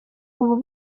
ubu